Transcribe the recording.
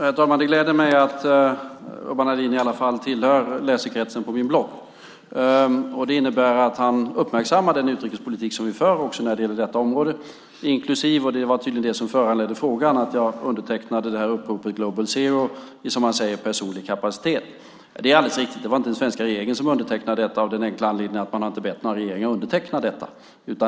Herr talman! Det gläder mig att Urban Ahlin tillhör min bloggs läsekrets. Det innebär ju att han uppmärksammar den utrikespolitik som vi för också på detta område, inklusive - och det var tydligen det som föranledde interpellationen - att jag undertecknade uppropet Global Zero i, som man säger, personlig kapacitet. Det stämmer att det inte var den svenska regeringen som undertecknade Global Zero av den enkla anledningen att man inte har bett några regeringar att göra det.